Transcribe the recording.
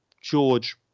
George